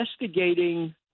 investigating